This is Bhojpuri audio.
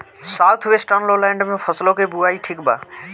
साउथ वेस्टर्न लोलैंड में फसलों की बुवाई ठीक बा?